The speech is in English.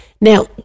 Now